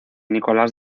nicolás